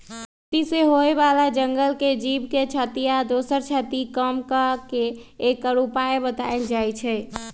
खेती से होय बला जंगल के जीव के क्षति आ दोसर क्षति कम क के एकर उपाय् बतायल जाइ छै